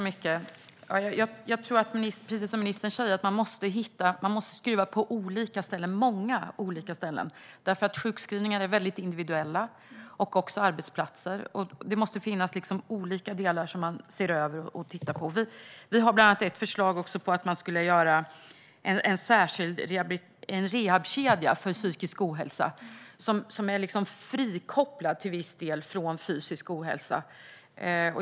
Herr talman! Precis som ministern säger tror jag att man måste skruva på många olika ställen eftersom sjukskrivningar liksom arbetsplatser är väldigt individuella. Därför måste man se över olika delar. Vi har bland annat ett förslag om att man skulle göra en rehabkedja för psykisk ohälsa som till viss del är frikopplad från fysisk ohälsa.